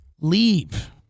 leave